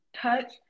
touch